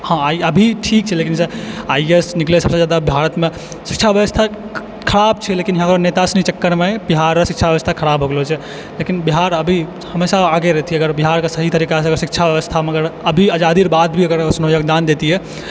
हँ अभी ठीक छै लेकिन आईएएस निकलै छै सबसे ज्यादा भारतमे शिक्षा व्यवस्था खराप छै लेकिन नेता सबके चक्कर मे बिहारके शिक्षा व्यवस्था खराब भऽ गेलो छै लेकिन बिहार अभी हमेशा आगे रहितियै अगर बिहारके सही तरीका सऽ अगर शिक्षा व्यवस्था मे अगर अभी आजादीके बाद भी अगर योगदान दैतियै